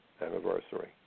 anniversary